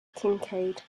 kincaid